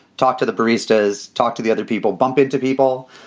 talk to the baristas. talk to the other people. bump into people.